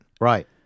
right